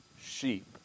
sheep